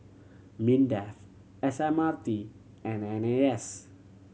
MINDEF S M R T and N A S